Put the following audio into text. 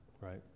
right